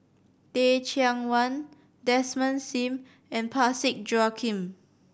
Teh Cheang Wan Desmond Sim and Parsick Joaquim